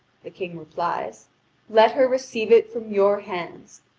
the king replies let her receive it from your hands,